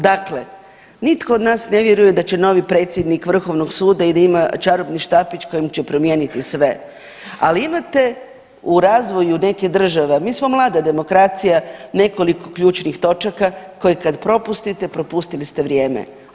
Dakle, nitko od nas ne vjeruje da će novi predsjednik Vrhovnog suda i da ima čarobni štapić kojim će promijeniti sve, ali imate u razvoju neke države, mi smo mlada demokracija nekoliko ključnih točaka koje kad propustite, propustili ste vrijeme.